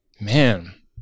Man